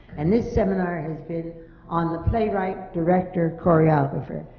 and this seminar has been on the playwright director choreographer,